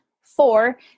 Four